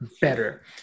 better